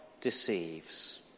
deceives